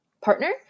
partner